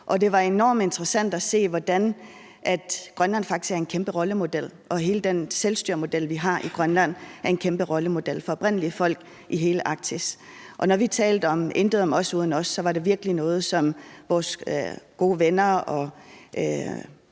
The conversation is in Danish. Det var enormt interessant at se, hvordan Grønland faktisk er en kæmpe rollemodel, og at hele den selvstyremodel, vi har i Grønland, er en kæmpe rollemodel for oprindelige folk i hele Arktis. Og når vi talte om »intet om os uden os«, så var det virkelig noget, som vores gode venner –